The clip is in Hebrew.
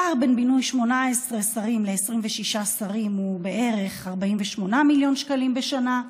הפער בין 18 שרים ל-26 שרים הוא בערך 48 מיליון שקלים בשנה,